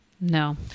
No